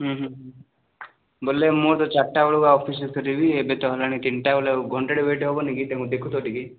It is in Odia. ହୁଁ ହୁଁ ହୁଁ ବୋଲେ ମୋର ଚାରିଟା ବେଳୁଆ ଅଫିସ୍ରୁ ଫେରିବି ଏବେ ତ ହେଲାଣି ତିନିଟା ବୋଲେ ଆଉ ଘଣ୍ଟାଟେ ୱେଟ୍ ହେବନି କି ତାଙ୍କୁ ଦେଖୁଥାଅ ଟିକିଏ